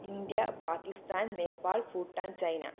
India Pakistan Nepal Bhutan China